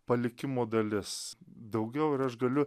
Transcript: palikimo dalis daugiau ir aš galiu